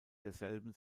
derselben